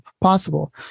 possible